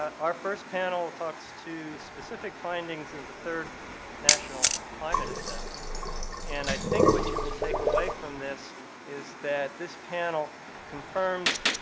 our first panel talks to specific findings in the third national climate assessment and i think what you will take away from this is that this panel confirms